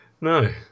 No